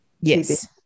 Yes